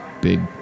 big